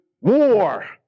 war